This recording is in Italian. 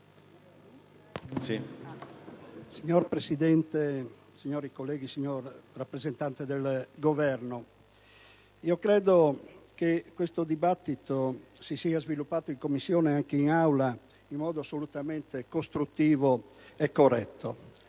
Signor Presidente, onorevoli colleghi, signor rappresentante del Governo, credo che questo dibattito si sia sviluppato in Commissione, come pure in Aula, in modo assolutamente costruttivo e corretto.